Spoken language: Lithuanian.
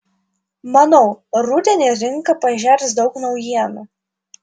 manau rudenį rinka pažers daug naujienų